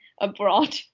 abroad